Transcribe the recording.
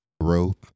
growth